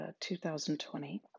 2020